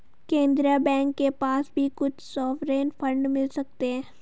केन्द्रीय बैंक के पास भी कुछ सॉवरेन फंड मिल सकते हैं